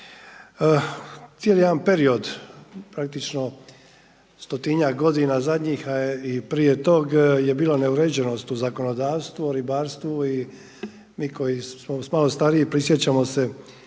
Cijeli jedan period praktično stotinjak godina zadnjih, a i prije tog je bilo neuređenost u zakonodavstvu, ribarstvu i mi koji smo malo stariji prisjećamo se